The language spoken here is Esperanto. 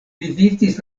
vizitis